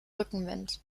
rückenwind